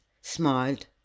smiled